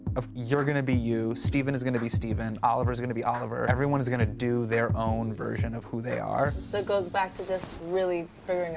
you're going to be you. stephen is going to be stephen. oliver is going to be oliver. everyone is going to do their own version of who they are. so, it goes back to just really figuring